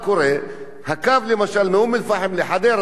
למשל הנסיעה בקו מאום-אל-פחם לחדרה לוקחת שעתיים,